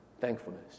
thankfulness